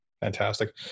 Fantastic